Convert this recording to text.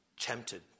tempted